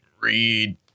read